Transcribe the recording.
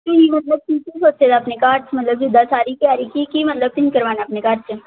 ਤੁਸੀਂ ਮਤਲਵ ਕੀ ਕੀ ਦੱਸਿਆ ਆਪਣੇ ਘਰ 'ਚ ਮਤਲਬ ਜਿੱਦਾਂ ਸਾਰੀ ਤਿਆਰੀ ਕੀ ਕੀ ਮਤਲਬ ਕਿੰਝ ਕਰਵਾਉਣਾ ਆਪਣੇ ਘਰ 'ਚ